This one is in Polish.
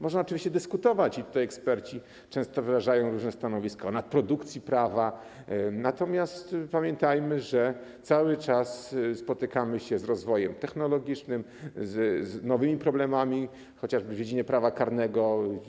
Można oczywiście dyskutować i tutaj eksperci często wyrażają różne stanowiska o nadprodukcji prawa, natomiast pamiętajmy, że cały czas spotykamy się z rozwojem technologicznym, z nowymi problemami, chociażby w dziedzinie Prawa karnego.